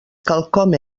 quelcom